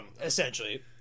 Essentially